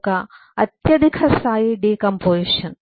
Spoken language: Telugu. యొక్క అత్యధిక స్థాయి డికాంపొజిషన్